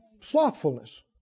Slothfulness